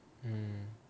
mm